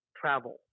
travel